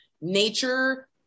Nature